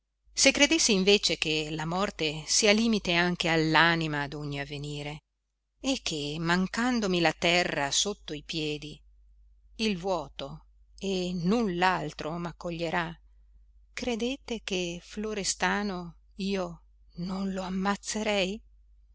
se credessi invece che la morte sia limite anche all'anima d'ogni avvenire e che mancandomi la terra sotto i piedi il vuoto e null'altro m'accoglierà credete che florestano io non lo ammazzerei